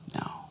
No